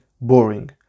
boring